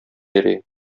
йөри